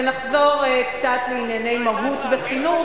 ונחזור קצת לענייני מהות וחינוך,